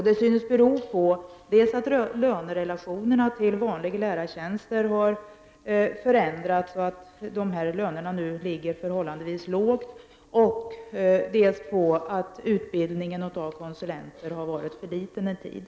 Det synes bero dels på att lönerelationerna till vanliga lärartjänster har förändrats så att de här lönerna nu ligger förhållandevis lågt, dels på att utbildningen av konsulenter under en tid har legat på en för låg nivå.